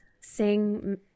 sing